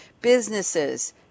businesses